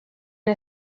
han